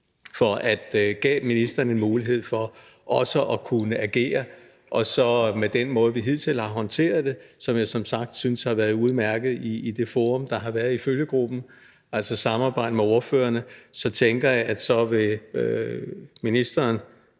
og at vi gav ministeren en mulighed for også at kunne agere. Med den måde, vi hidtil har håndteret det på, og som jeg som sagt synes har været udmærket i det forum, der har været i følgegruppen, altså samarbejdet mellem ordførerne, tænker jeg, at ministeren